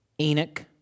Enoch